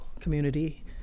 community